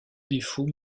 défauts